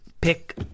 pick